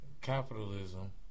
capitalism